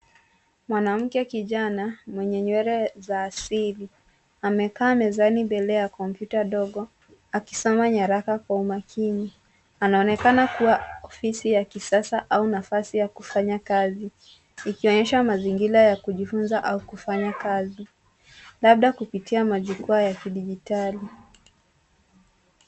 Mwanamke kijana mwenye nywele za asili amekaa mezani mbele ya kompyuta ndogo akisoma nyaraka kwa umakini. Anaonekana kuwa ofisi ya kisasa au nafasi ya kufanya kazi ikionyesha mazingira ya kujifunza au kufanya kazi labda kupitia majukwa ya kidigitali.